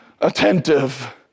attentive